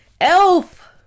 Elf